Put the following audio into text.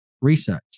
research